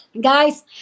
guys